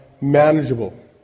manageable